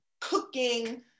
cooking